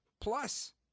Plus